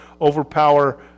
overpower